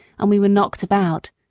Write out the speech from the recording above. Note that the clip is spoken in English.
and we were knocked about,